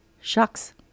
shucks